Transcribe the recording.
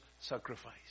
sacrifice